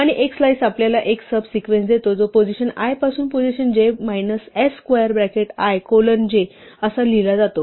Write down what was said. आणि एक स्लाईस आपल्याला एक सब सिक्वेन्स देते जो कि पोझिशन i पासून position j minus s square bracket i colon j असा लिहिला जातो